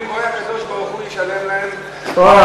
אומרים: אוי,